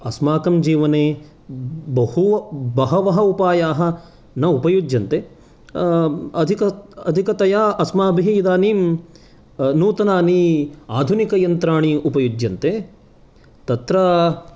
अस्माकं जीवने बहु बहवः उपायाः न उपयुज्यन्ते अधिक अधिकतया अस्माभिः इदानीं नूतनानि आधुनिकयन्त्राणि उपयुज्यन्ते तत्र